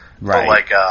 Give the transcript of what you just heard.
Right